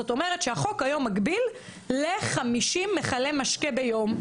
זאת אומרת שהחוק היום מגביל ל-50 מכלי משקה ביום.